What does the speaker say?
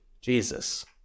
Jesus